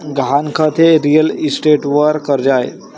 गहाणखत हे रिअल इस्टेटवर कर्ज आहे